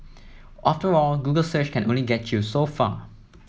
after all Google search can only get you so far